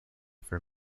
for